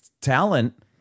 talent